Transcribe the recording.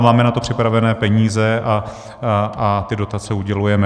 Máme na to připravené peníze a ty dotace udělujeme.